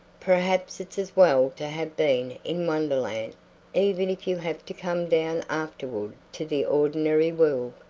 perhaps it's as well to have been in wonderland even if you have to come down afterward to the ordinary world.